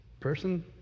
person